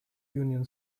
union